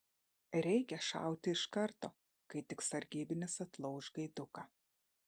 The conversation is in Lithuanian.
reikia šauti iš karto kai tik sargybinis atlauš gaiduką